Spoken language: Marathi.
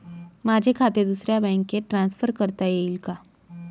माझे खाते दुसऱ्या बँकेत ट्रान्सफर करता येईल का?